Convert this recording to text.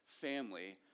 family